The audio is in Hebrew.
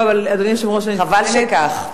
חבל שכך.